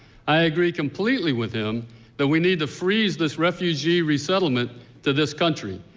i agree completely with him that we need to freeze this refugee resettlement to this country.